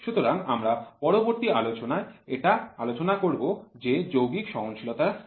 সুতরাং আমরা পরবর্তী আলোচনায় এটা আলোচনা করব যে যৌগিক সহনশীলতা কি